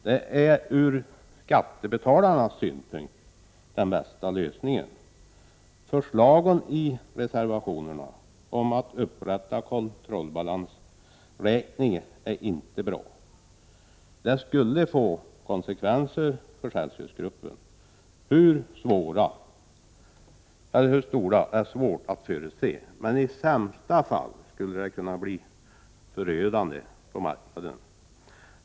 Det är ur skattebetalarnas synpunkt den bästa lösningen. Förslagen i reservationerna om att upprätta kontrollbalansräkning är inte bra. Det skulle få konsekvenser för Celsius-gruppen. Hur stora är svårt att förutse, men i sämsta fall skulle det kunna bli förödande på marknaden.